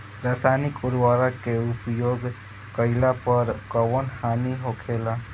रसायनिक उर्वरक के उपयोग कइला पर कउन हानि होखेला?